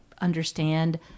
understand